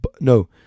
no